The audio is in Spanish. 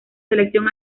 selección